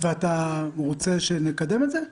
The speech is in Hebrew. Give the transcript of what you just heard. אתה רוצה שנקדם את זה?